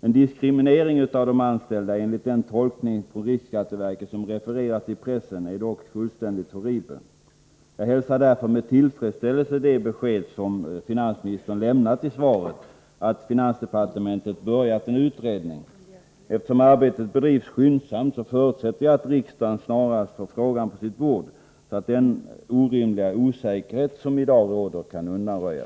En diskriminering av de anställda enligt den tolkning på riksskatteverket som refereras i pressen är dock fullständigt horribel. Jag hälsar därför med tillfredsställelse det besked som finansministern lämnat i svaret, att finansdepartementet har börjat en utredning. Eftersom arbetet bedrivs skyndsamt, förutsätter jag att riksdagen snarast får frågan på sitt bord, så att den orimliga osäkerhet som i dag råder kan undanröjas.